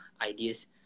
ideas